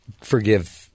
forgive